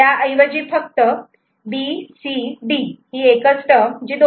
त्याऐवजी फक्त B C D ही एकच टर्म जी दोन्ही ठिकाणी मिळते ती बनवा